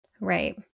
Right